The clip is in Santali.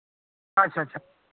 ᱟᱪᱪᱷᱟ ᱟᱪᱪᱷᱟ